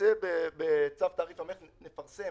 נפרסם